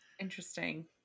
interesting